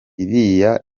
iriya